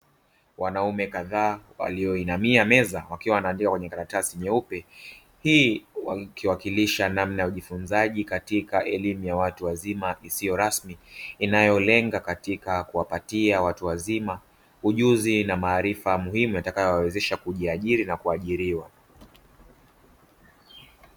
Wanaume kadhaa waliyoinamia meza wakiwa wanaandika kwenye karatasi nyeupe, hii ikiwakilisha namna ya ujifunzaji katika elimu ya watu wazima isiyo rasmi, inayolenga katika kuwapatia watu wazima ujuzi na maarifa muhimu yatakayowawezesha kujiajiri na kuajiriwa.